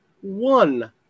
one